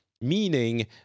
meaning